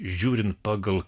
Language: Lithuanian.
žiūrint pagal